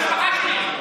המשפחה שלי.